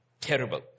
terrible